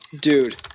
Dude